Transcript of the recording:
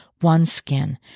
OneSkin